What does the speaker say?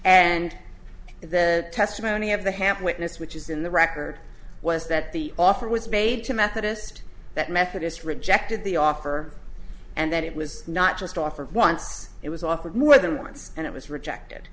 and the testimony of the hamp witness which is in the record was that the offer was made to methodist that methodist rejected the offer and that it was not just offered once it was offered more than once and it was rejected